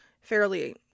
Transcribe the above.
fairly